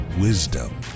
wisdom